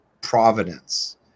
providence